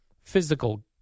Physical